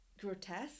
grotesque